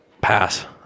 Pass